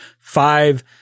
five